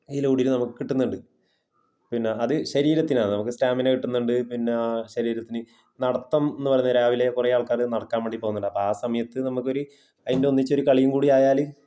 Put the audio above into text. അതിലൂടെ നമുക്ക് കിട്ടുന്നുണ്ട് പിന്നെ അത് ശരീരത്തിനാണ് നമുക്ക് സ്റ്റാമിന കിട്ടുന്നുണ്ട് പിന്നെ ശരീരത്തിന് നടത്തം എന്ന് പറഞ്ഞാൽ രാവിലെ കുറേ ആള്ക്കാർ നടക്കാന് വേണ്ടി പോവുന്നുണ്ട് അപ്പോൾ ആ സമയത്ത് നമുക്ക് ഒരു അതിൻ്റെ ഒന്നിച്ച് ഒരു കളിയും കൂടെ ആയാൽ